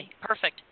perfect